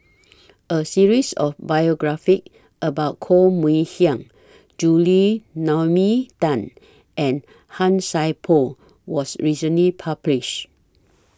A series of biographies about Koh Mui Hiang Julie Naomi Tan and Han Sai Por was recently published